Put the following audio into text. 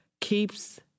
keeps